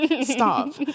stop